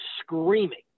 screaming